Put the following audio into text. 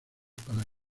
para